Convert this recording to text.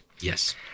Yes